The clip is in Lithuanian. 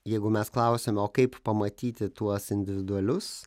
jeigu mes klausiame o kaip pamatyti tuos individualius